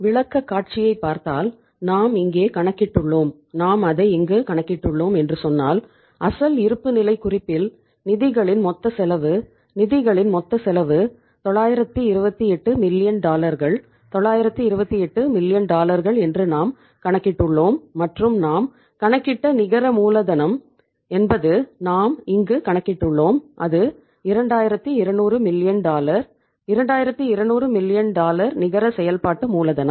விளக்கக்காட்சியைப் பார்த்தால் நாம் இங்கே கணக்கிட்டுள்ளோம் நாம் அதை அங்கு கணக்கிட்டுள்ளோம் என்று சொன்னால் அசல் இருப்புநிலைக் குறிப்பில் நிதிகளின் மொத்த செலவு நிதிகளின் மொத்த செலவு 928 மில்லியன் நிகர செயல்பாட்டு மூலதனம்